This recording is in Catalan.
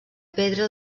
pedra